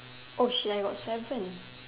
Oh shit I got seven